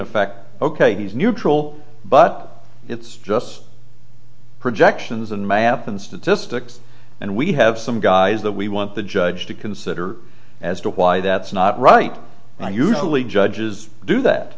effect ok he's neutral but it's just projections and map and statistics and we have some guys that we want the judge to consider as to why that's not right and i usually judges do that